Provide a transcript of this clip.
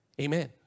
Amen